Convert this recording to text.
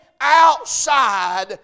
outside